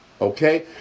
okay